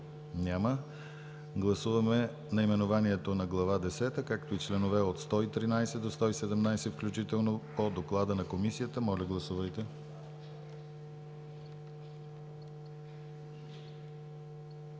Няма. Гласуваме наименованието на Глава десета, както и членове от 113 до 117 включително по доклада на Комисията. Гласували